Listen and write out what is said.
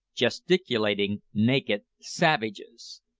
gesticulating, naked savages.